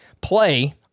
play